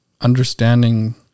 understanding